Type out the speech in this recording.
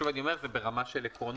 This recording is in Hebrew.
שוב אני אומר שזה ברמה של עקרונות,